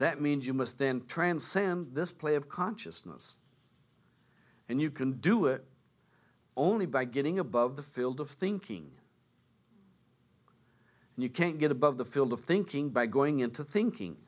that means you must then transcend this play of consciousness and you can do it only by getting above the field of thinking and you can't get above the field of thinking by going into thinking